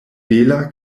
bela